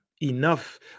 enough